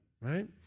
right